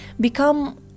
become